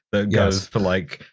that goes for like,